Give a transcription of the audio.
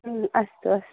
हा अस्तु अस्तु